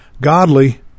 godly